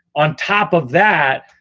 on top of that,